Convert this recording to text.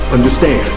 Understand